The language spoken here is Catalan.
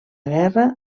guerra